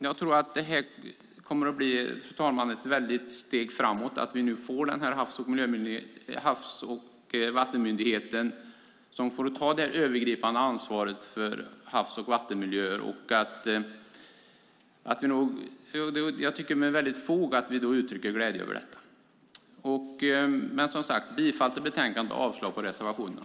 Jag tror att det kommer att bli ett väldigt steg framåt när vi nu får Havs och vattenmyndigheten som får ta det övergripande ansvaret för havs och vattenmiljöer. Jag tycker att vi med fog kan uttrycka glädje över detta. Jag yrkar bifall till utskottets förslag i betänkandet och avslag på reservationerna.